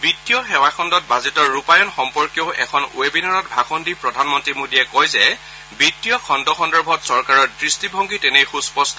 বিশ্বীয় সেৱা খণ্ডত বাজেটৰ ৰূপায়ণ সম্পৰ্কীয় এখন ৱেবিনাৰত ভাষণ দি প্ৰধানমন্ত্ৰী মোদীয়ে কয় যে বিত্তীয় খণ্ড সন্দৰ্ভত চৰকাৰৰ দৃষ্টিভংগী তেনেই সুস্পট্ট